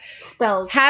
Spells